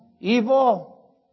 evil